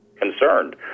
concerned